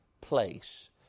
place